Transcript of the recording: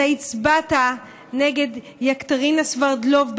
אתה הצבעת נגד יקטרינה סברדלוב,